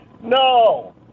No